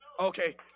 Okay